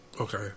okay